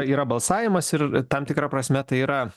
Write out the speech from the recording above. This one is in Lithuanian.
yra balsavimas ir tam tikra prasme tai yra